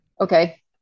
Okay